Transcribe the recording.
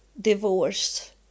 divorce